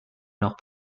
leurs